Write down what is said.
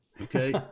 Okay